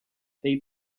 they